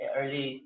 Early